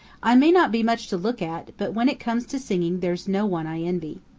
i may not be much to look at, but when it comes to singing there's no one i envy.